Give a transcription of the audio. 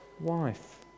wife